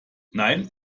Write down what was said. nein